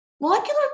Molecular